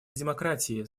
демократии